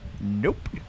Nope